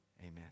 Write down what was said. Amen